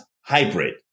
hybrid